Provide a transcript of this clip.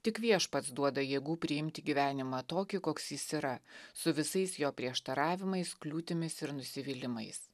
tik viešpats duoda jėgų priimti gyvenimą tokį koks jis yra su visais jo prieštaravimais kliūtimis ir nusivylimais